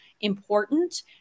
important